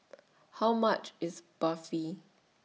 How much IS Barfi